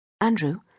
Andrew